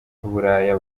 buraya